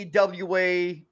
awa